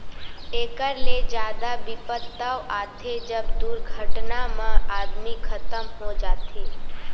एकर ले जादा बिपत तव आथे जब दुरघटना म आदमी खतम हो जाथे